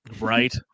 Right